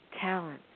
talent